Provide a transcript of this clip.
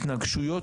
התנגשויות,